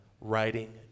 writing